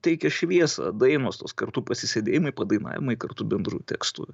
teikia šviesą dainos tos kartu pasisėdėjimai padainavimai kartu bendrų tekstų